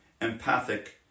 empathic